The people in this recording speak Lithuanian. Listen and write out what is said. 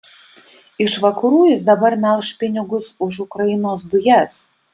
iš vakarų jis dabar melš pinigus už ukrainos dujas